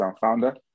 founder